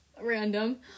Random